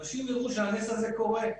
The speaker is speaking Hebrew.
אנשים יראו שהנס הזה קורה,